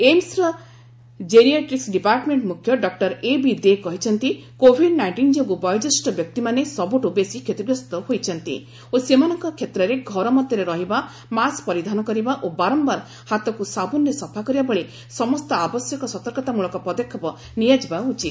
ଏମ୍ସ୍ର geriatrics department ମୁଖ୍ୟ doctor A B କହିଛନ୍ତି COVID nineteen ଯୋଗୁଁ ବୟୋଜ୍ୟେଷ୍ଠ ବ୍ୟକ୍ତିମାନେ ସବୁଠୁ ବେଶି କ୍ଷତିଗ୍ରସ୍ତ ହୋଇଛନ୍ତି ଓ ସେମାନଙ୍କ କ୍ଷେତ୍ରରେ ଘର ମଧ୍ୟରେ ରହିବା ମାସ୍କ ପରିଧାନ କରିବା ଓ ବାରମ୍ଭାର ହାତକୁ ସାବୁନ୍ରେ ସଫା କରିବା ଭଳି ସମସ୍ତ ଆବଶ୍ୟକ ସତର୍କତାମୂଳକ ପଦକ୍ଷେପ ନିଆଯିବା ଉଚିତ